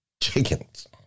chickens